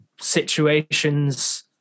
situations